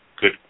good